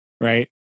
right